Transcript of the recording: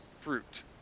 fruit